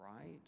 Right